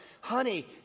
honey